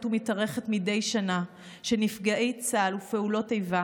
ומתארכת מדי שנה של נפגעי צה"ל ופעולות איבה